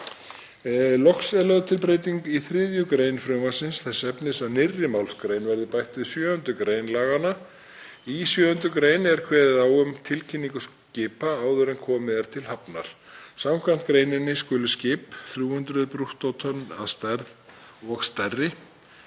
Loks er lögð til breyting í 3. gr. frumvarpsins þess efnis að nýrri málsgrein verði bætt við 7. gr. laganna. Í 7. gr. er kveðið á um tilkynningu skipa áður en komið er til hafnar. Samkvæmt greininni skulu skip, 300 brúttótonn að stærð og stærri,